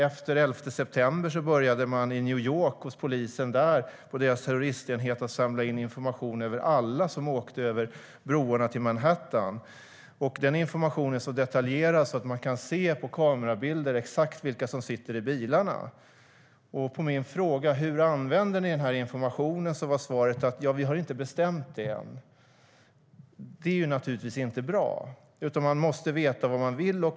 Efter elfte september började New York-polisens terroristenhet att samla in information om alla som åkte över broarna till Manhattan. Den informationen är så detaljerad att man på kamerabilderna kan se exakt vilka som sitter i bilarna. På min fråga om hur informationen användes svarade de: Vi har inte bestämt det än. Det är inte bra. Man måste veta vad man vill.